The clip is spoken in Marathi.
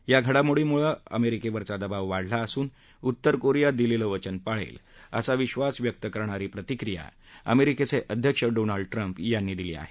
या घडामोडीमुळं अमेरिकेवरचा दबाव वाढला असून उत्तर कोरिया दिलेलं वचन पाळेल असा विक्षास व्यक्त करणारी प्रतिक्रिया अमेरिकेचे अध्यक्ष डोनाल्ड ट्रम्प यांनी दिली आहे